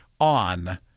on